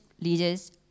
leaders